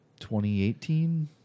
2018